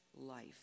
life